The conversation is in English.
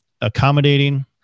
accommodating